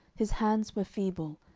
his hands were feeble,